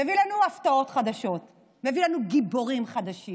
מביא לנו הפתעות חדשות, מביא לנו גיבורים חדשים.